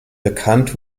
bekannt